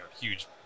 huge